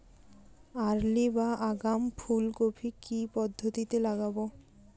Early বা আগাম ফুল কপি কি পদ্ধতিতে লাগাবো?